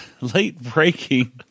late-breaking